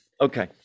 okay